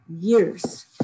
years